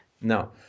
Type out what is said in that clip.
No